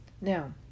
now